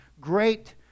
great